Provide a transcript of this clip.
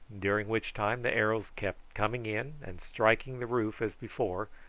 during which time the arrows kept coming in and striking the roof as before,